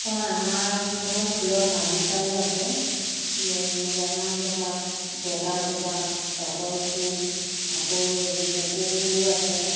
হয় আমাৰ ঘৰত ফুলৰ বাগিচাও আছে ৰঙা জবা বগা জবা তগৰ ফুল আকৌ হেৰি কপৌ ফুলো আছে